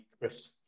Chris